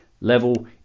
level